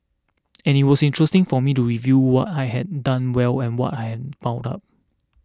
and it was interesting for me to review what I had done well and what I had fouled up